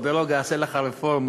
או ברוגע עשה לך רפורמות.